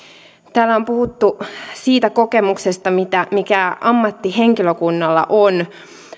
täällä on puhuttu siitä kokemuksesta mikä ammattihenkilökunnalla on